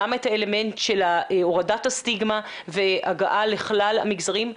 גם את האלמנט של הורדת הסטיגמה והגעה לכלל המגזרים,